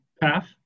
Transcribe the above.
path